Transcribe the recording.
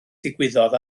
ddigwyddodd